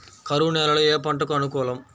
కరువు నేలలో ఏ పంటకు అనుకూలం?